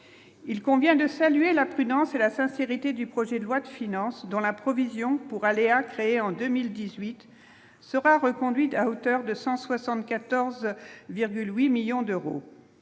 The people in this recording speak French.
il convient de saluer la prudence et la sincérité du projet de loi de finances dans la provision pour aléas créée en 2018 sera reconduite à hauteur de 174,8 millions d'euros,